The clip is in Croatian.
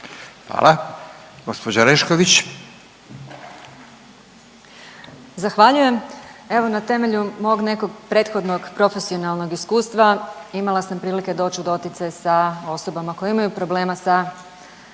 Hvala. Gospođa Orešković.